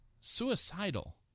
suicidal